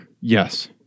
yes